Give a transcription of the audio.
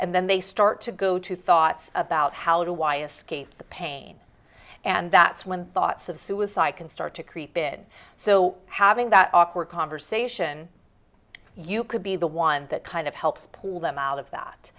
and then they start to go to thoughts about how do i escape the pain and that's when thoughts of suicide can start to creep in so having that awkward conversation you could be the one that kind of helps pull them out of that